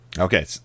Okay